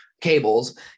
cables